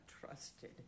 trusted